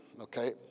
Okay